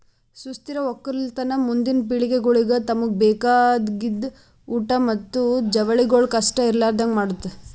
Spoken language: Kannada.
ಸುಸ್ಥಿರ ಒಕ್ಕಲತನ ಮುಂದಿನ್ ಪಿಳಿಗೆಗೊಳಿಗ್ ತಮುಗ್ ಬೇಕಾಗಿದ್ ಊಟ್ ಮತ್ತ ಜವಳಿಗೊಳ್ ಕಷ್ಟ ಇರಲಾರದಂಗ್ ಮಾಡದ್